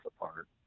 apart